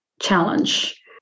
challenge